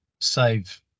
save